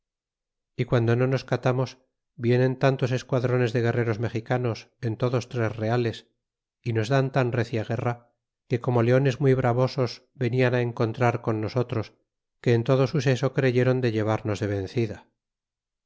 y guando no nos catamos vienen tantos esquadrones de guerreros mexicanos en todos tres reales y nos dan tan recia guerra que como leones muy bravosos venian encontrar con nosotros que en todo su seso creyeron de llevarnos de vencida